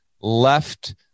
left